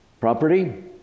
property